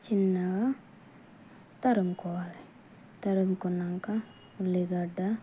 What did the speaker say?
చిన్నగా తరుగుకోవాలి తరుగుకున్నాక ఉల్లిగడ్డ